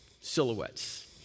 silhouettes